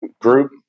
group